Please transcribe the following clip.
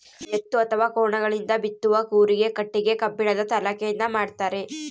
ಎತ್ತು ಅಥವಾ ಕೋಣಗಳಿಂದ ಬಿತ್ತುವ ಕೂರಿಗೆ ಕಟ್ಟಿಗೆ ಕಬ್ಬಿಣದ ಸಲಾಕೆಯಿಂದ ಮಾಡ್ತಾರೆ